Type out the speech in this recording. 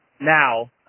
now